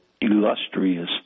illustrious